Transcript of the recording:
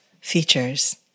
features